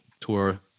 tour